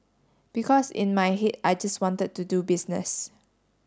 because in my head I just wanted to do business